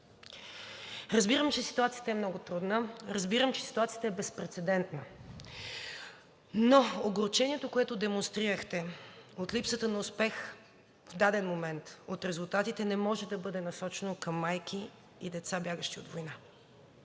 Разбирам, че ситуацията е много трудна, разбирам, че ситуацията е безпрецедентна, но огорчението, което демонстрирахте от липсата на успех в даден момент от резултатите, не може да бъде насочено към майки и деца, бягащи от война.